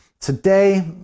today